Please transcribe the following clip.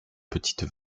petites